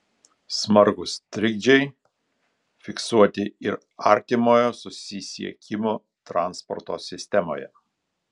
smarkūs trikdžiai fiksuoti ir artimojo susisiekimo transporto sistemoje